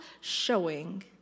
showing